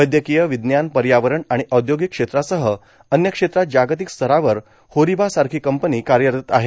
वैद्यकीय विज्ञान पर्यावरण आणि औद्योगिक क्षेत्रासह अन्य क्षेत्रात जागतिक स्तरावर होरिबासारखी कंपनी कार्यरत आहे